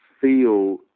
feel